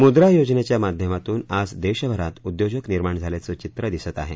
मुद्रा योजनेच्या माध्यमातून आज देशभरात उद्योजक निर्माण झाल्याचं चित्र दिसत आहे